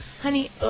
Honey